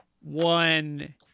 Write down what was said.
one